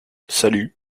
salut